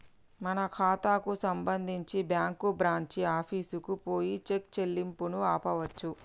మన ఖాతాకు సంబంధించి బ్యాంకు బ్రాంచి ఆఫీసుకు పోయి చెక్ చెల్లింపును ఆపవచ్చు